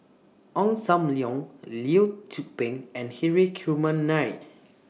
Ong SAM Leong Lee Tzu Pheng and Hri Kumar Nair